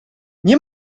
nie